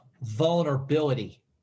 vulnerability